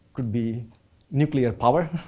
could be nuclear power,